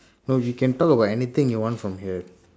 no you can talk about anything you want from here